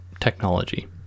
technology